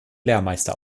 lehrmeister